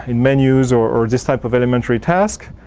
and menus or this type of elementary task.